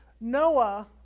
noah